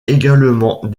également